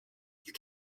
you